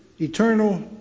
eternal